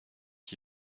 qui